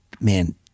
man